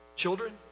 Children